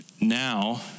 Now